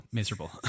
miserable